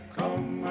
come